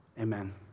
Amen